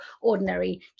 ordinary